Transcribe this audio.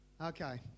okay